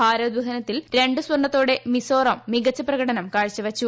ഭാരദേഹനത്തിൽ രണ്ട് സ്വർണ്ണത്തോടെ മിസോറാം മികച്ച പ്രകടനം കാഴ്ച വെച്ചു